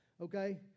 okay